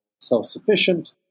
self-sufficient